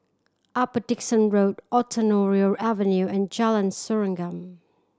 Upper Dickson Road Ontario Avenue and Jalan Serengam